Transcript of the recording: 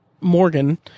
Morgan